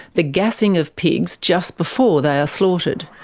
the gassing of pigs just before they are slaughtered.